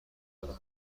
کرده